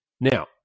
Now